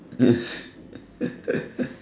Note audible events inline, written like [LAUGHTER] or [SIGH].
[LAUGHS]